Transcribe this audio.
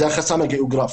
זה החסם הגיאוגרפי.